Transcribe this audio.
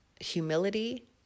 humility